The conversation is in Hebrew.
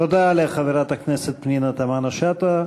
תודה לחברת הכנסת פנינה תמנו-שטה.